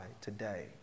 today